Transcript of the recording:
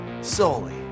solely